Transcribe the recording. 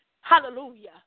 hallelujah